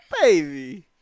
Baby